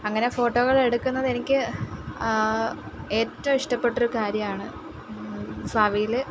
അങ്ങനെ ഫോട്ടോകളെടുക്കുന്നതെനിക്ക് ഏറ്റവും ഇഷ്ടപ്പെട്ടൊരു കാര്യമാണ് ഭാവിയില്